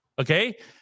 okay